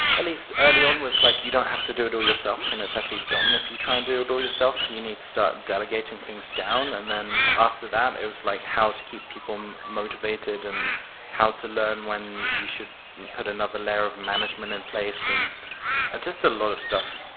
at least early on was like you don't have to do it all yourself and it's actually dumb if you try and do it all yourself. you need to start delegating things down. and after that, it was like how to keep people motivated and how to learn when you should put another layer of management in place. and just a lot of stuff,